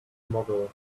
model